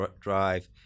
drive